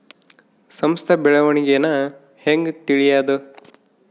ಸಂಸ್ಥ ಬೆಳವಣಿಗೇನ ಹೆಂಗ್ ತಿಳ್ಯೇದು